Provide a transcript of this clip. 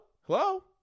Hello